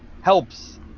helps